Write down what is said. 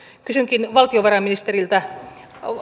kysynkin valtiovarainministeriltä